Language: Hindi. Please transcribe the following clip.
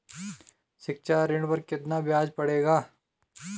शिक्षा ऋण पर कितना ब्याज पड़ेगा?